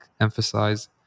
emphasize